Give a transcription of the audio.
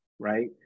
Right